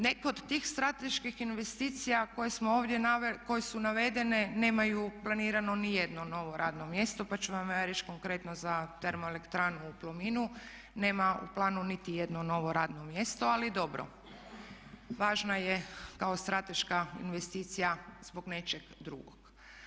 Neke od tih strateških investicija koje su navedene nemaju planirano ni jedno novo radno mjesto pa ću vam ja reći konkretno za termoelektranu u Plominu nema u planu niti jedno novo radno mjesto ali dobro, važno je kao strateška investicija zbog nečeg drugog.